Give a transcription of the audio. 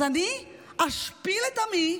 אז אני אשפיל את עמי,